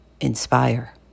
inspire